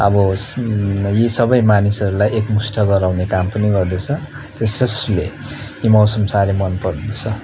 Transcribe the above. अब यी सबै मानिसहरूलाई एकमुष्ट गराउने काम पनि गर्दछ त्यसोस्ले यी मौसम साह्रै मनपर्दछ